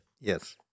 Yes